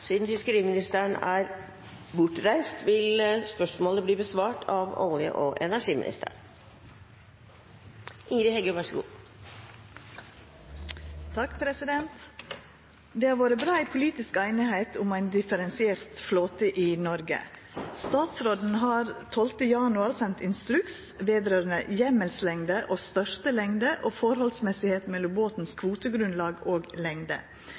vil bli besvart av olje- og energiministeren på vegne av fiskeriministeren, som er bortreist. «Det har vore brei politisk einigheit om ein differensiert flåte i Noreg. Statsråden har 12. januar sendt instruks vedrørande «hjemmelslengde og største lengde og forholdsmessighet mellom båtens kvotegrunnlag og